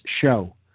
Show